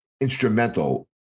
instrumental